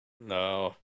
No